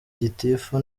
gitifu